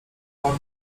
formy